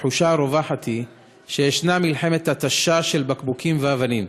התחושה הרווחת היא שיש מלחמת התשה של בקבוקים ואבנים,